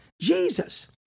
Jesus